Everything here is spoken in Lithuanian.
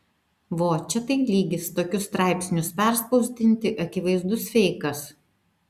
vo čia tai lygis tokius straipsnius perspausdinti akivaizdus feikas